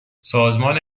سازمان